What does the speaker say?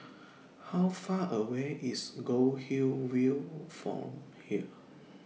How Far away IS Goldhill View from here